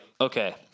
Okay